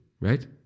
right